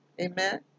Amen